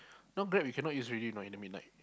now Grab you cannot use already you know in the midnight